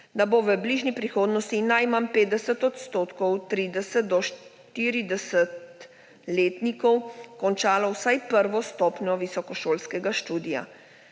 da bo v bližnji prihodnosti, in najmanj 50 odstotkih, 30-do 40-letnih oseb končalo vsej prvo stopnjo visokošolskega študija.